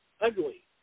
ugly